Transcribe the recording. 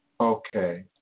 Okay